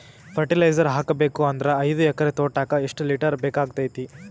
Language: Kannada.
ಫರಟಿಲೈಜರ ಹಾಕಬೇಕು ಅಂದ್ರ ಐದು ಎಕರೆ ತೋಟಕ ಎಷ್ಟ ಲೀಟರ್ ಬೇಕಾಗತೈತಿ?